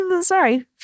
Sorry